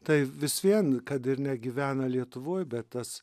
tai vis vien kad ir negyvena lietuvoj bet tas